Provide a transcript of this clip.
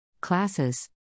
Classes